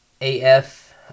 AF